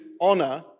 honor